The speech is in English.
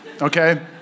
okay